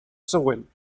següent